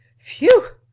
phew!